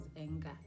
anger